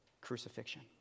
crucifixion